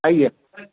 ଆଜ୍ଞା